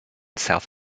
south